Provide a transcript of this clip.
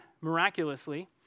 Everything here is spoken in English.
miraculously